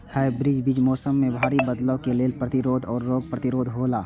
hybrid बीज मौसम में भारी बदलाव के लेल प्रतिरोधी और रोग प्रतिरोधी हौला